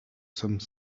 some